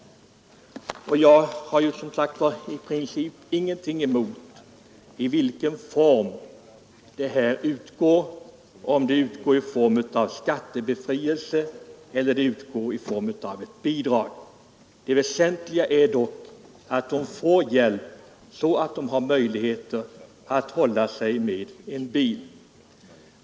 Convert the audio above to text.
Jag har i princip ingenting att invända beträffande formen för denna hjälp — om den utgår i form av skattebefrielse eller i form av ett bidrag. Det väsentliga är att dessa människor får hjälp så att de har möjlighet att hålla sig med en bil.